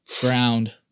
ground